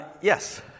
Yes